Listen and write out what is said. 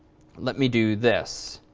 let me do this.